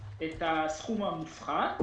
את הסכום המופחת,